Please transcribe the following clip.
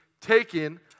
taken